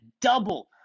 double